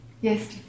Yes